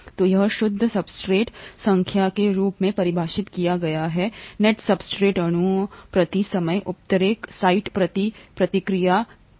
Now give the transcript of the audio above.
तो यह शुद्ध सब्सट्रेट संख्या के रूप में परिभाषित किया गया है नेट सब्सट्रेट अणुओं प्रति समय उत्प्रेरक साइट प्रति प्रतिक्रिया की ठीक है